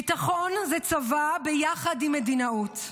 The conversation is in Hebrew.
ביטחון זה צבא ביחד עם מדינאות.